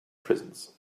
prisons